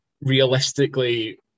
Realistically